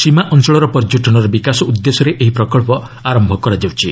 ସୀମା ଅଞ୍ଚଳର ପର୍ଯ୍ୟଟନର ବିକାଶ ଉଦ୍ଦେଶ୍ୟରେ ଏହି ପ୍ରକଳ୍ପ ଆରମ୍ଭ କରାଯିବ